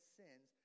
sins